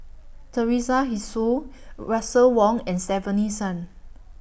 Teresa Hsu Russel Wong and Stefanie Sun